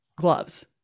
gloves